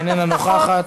שאיננה נוכחת.